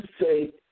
say